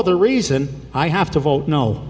other reason i have to vote no